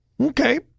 Okay